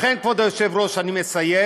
לכן, כבוד היושב-ראש, אני מסיים,